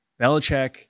Belichick